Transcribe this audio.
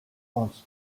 ans